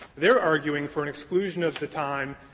they are arguing for an exclusion of the time,